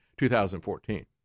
2014